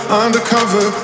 undercover